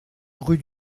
rue